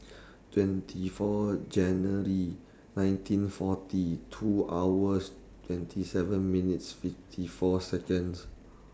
twenty four January nineteen forty two hours twenty seven minutes fifty four Seconds